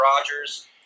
Rogers